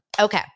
Okay